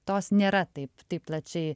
tos nėra taip taip plačiai